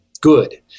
good